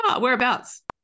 whereabouts